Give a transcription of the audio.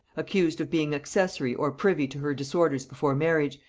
accused of being accessary or privy to her disorders before marriage,